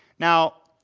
now,